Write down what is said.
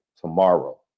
Tomorrow